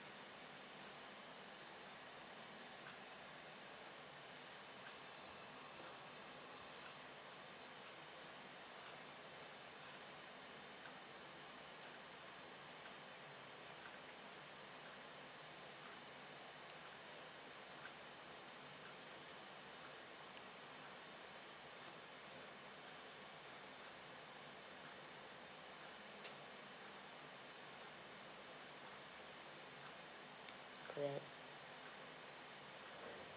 correct